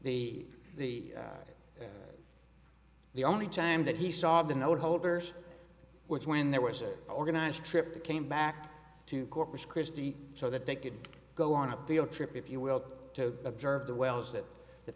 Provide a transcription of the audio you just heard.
the the the only time that he saw the note holders was when there was a organized trip that came back to corpus christi so that they could go on a field trip if you will to observe the wells that that